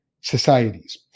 societies